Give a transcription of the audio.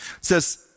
says